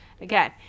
Again